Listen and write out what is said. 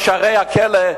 בשערי הכלא,